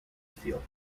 feel